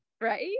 right